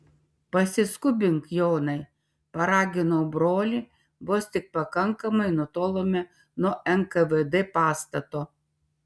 pasiskubink jonai paraginau brolį vos tik pakankamai nutolome nuo nkvd pastato